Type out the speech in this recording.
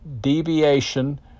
deviation